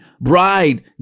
Bride